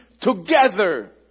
together